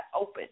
open